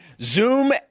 Zoom